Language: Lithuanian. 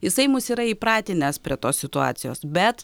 jisai mus yra įpratinęs prie tos situacijos bet